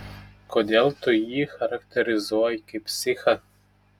kodėl tu jį charakterizuoji kaip psichą